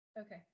Okay